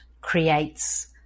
creates